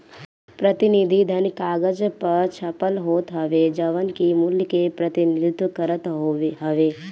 प्रतिनिधि धन कागज पअ छपल होत हवे जवन की मूल्य के प्रतिनिधित्व करत हवे